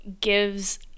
gives